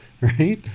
right